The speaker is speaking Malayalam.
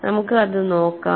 നമുക്ക് അത് നോക്കാം